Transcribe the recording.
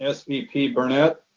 ah svp burnett?